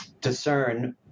discern